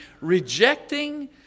rejecting